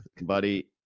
Buddy